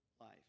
life